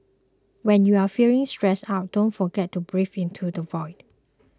when you are feeling stressed out don't forget to breathe into the void